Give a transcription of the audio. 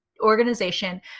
organization